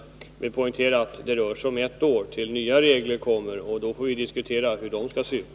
Jag vill poängtera att det rör sig om ett år tills nya regler skall komma, och vi får då diskutera hur de skall se ut.